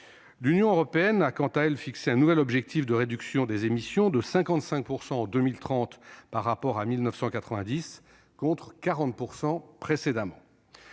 l'Union européenne, elle a fixé un nouvel objectif de réduction des émissions de 55 % en 2030 par rapport à 1990, contre 40 % précédemment.